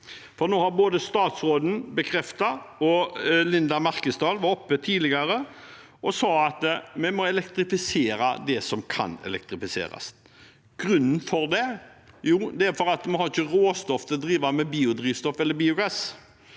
Nå har statsråden bekreftet, og Linda Merkesdal var tidligere oppe her og sa det, at vi må elektrifisere det som kan elektrifiseres. Grunnen til det er at vi ikke har råstoff til å drive med biodrivstoff eller biogass.